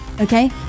okay